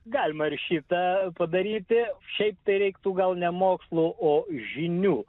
galima ir šitą padaryti šiaip tai reiktų gal ne mokslų o žinių